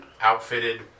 outfitted